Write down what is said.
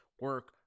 Work